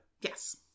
Yes